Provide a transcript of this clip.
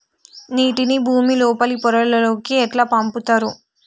నీటిని భుమి లోపలి పొరలలోకి ఎట్లా పంపుతరు?